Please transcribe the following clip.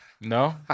No